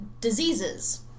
diseases